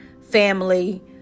Family